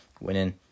winning